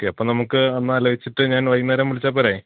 okay അപ്പോള് നമുക്ക് ഒന്നാലോചിച്ചിട്ട് ഞാൻ വൈകുന്നേരം വിളിച്ചാല്പ്പോരേ